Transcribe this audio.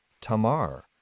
Tamar